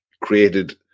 created